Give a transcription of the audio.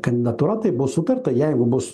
kandidatūra tai buvo sutarta jeigu bus